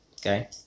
okay